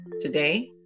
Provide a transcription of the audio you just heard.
today